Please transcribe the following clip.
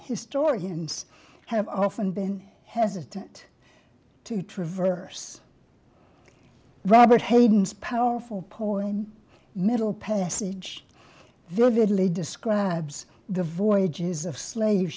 historians have often been hesitant to traverse robert hayden's powerful poem middle passage vividly describes the voyages of slave